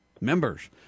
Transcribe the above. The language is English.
members